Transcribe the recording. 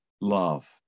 love